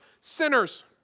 sinners